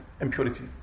impurity